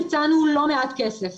הצענו לא מעט כסף.